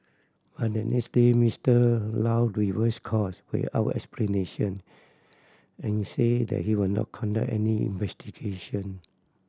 but the next day Mister Low reversed course without explanation and said that he would not conduct any investigation